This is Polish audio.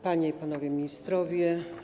Panie i Panowie Ministrowie!